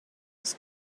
was